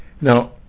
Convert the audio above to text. Now